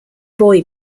boy